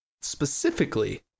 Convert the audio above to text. specifically